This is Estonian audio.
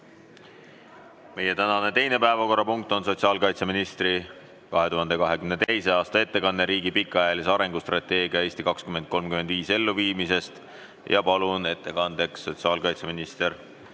Meie tänane teine päevakorrapunkt on sotsiaalkaitseministri 2022. aasta ettekanne "Riigi pikaajalise arengustrateegia "Eesti 2035" elluviimisest". Palun ettekandeks sotsiaalkaitseminister